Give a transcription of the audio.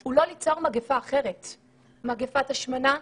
הוא לא ליצור מגפה אחרת כמו: מגפת השמנה,